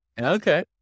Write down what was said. Okay